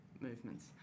movements